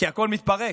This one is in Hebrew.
כי הכול מתפרק.